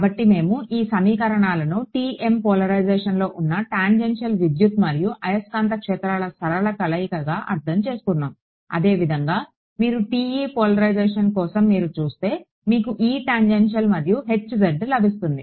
కాబట్టి మేము ఈ సమీకరణాలను TM పోలరైజేషన్లో ఉన్న టాంజెన్షియల్ విద్యుత్ మరియు అయస్కాంత క్షేత్రాల సరళ కలయికగా అర్థం చేసుకున్నాము అదేవిధంగా మీరు TE పోలరైజేషన్ కోసం మీరు చూస్తే మీకు E టాంజెన్షియల్ మరియు Hz లభిస్తుంది